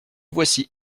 voici